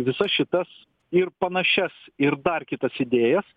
visas šitas ir panašias ir dar kitas idėjas